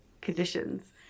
conditions